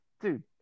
dude